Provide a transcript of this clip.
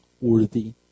worthy